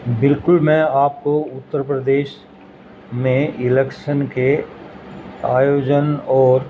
بالکل میں آپ کو اتر پردیش میں الیکشن کے آیوجن اور